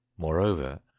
Moreover